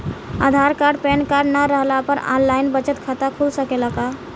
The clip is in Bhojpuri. आधार कार्ड पेनकार्ड न रहला पर आन लाइन बचत खाता खुल सकेला का?